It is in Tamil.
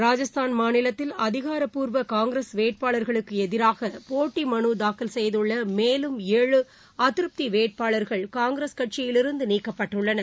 ராஜஸ்தான் மாநிலத்தில் அதிகாரப்பூர்வ காங்கிரஸ் வேட்பாளர்களுக்கு எதிராக போட்டி மனு தாக்கல் செய்துள்ள மேலும் ஏழு அதிருப்தி வேட்பாளர்கள் காங்கிரஸ் கட்சியிலிருந்து நீக்கப்பட்டுள்ளனர்